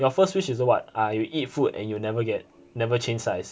your first wish is uh what ah you eat food and you never get never change size